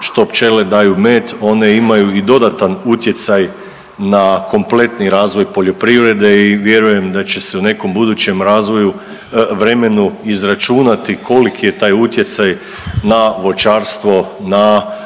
što pčele daju med one imaju i dodatan utjecaj na kompletni razvoj poljoprivrede i vjerujem da će se u nekom budućem razvoju, vremenu izračunati koliki je taj utjecaj na voćarstvo, na